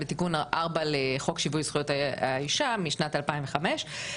בתיקון 4 לחוק שיווי זכויות האישה משנת 2005,